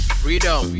freedom